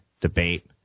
debate